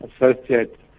associate